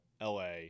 LA